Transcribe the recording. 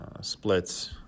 splits